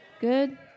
Good